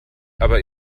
aber